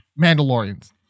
Mandalorians